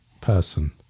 person